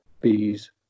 Bees